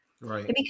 Right